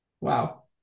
wow